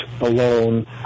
alone